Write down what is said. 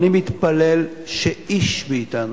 ואני מתפלל שאיש מאתנו,